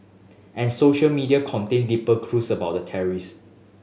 and social media contained deeper clues about the terrorists